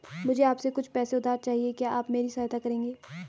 मुझे आपसे कुछ पैसे उधार चहिए, क्या आप मेरी सहायता करेंगे?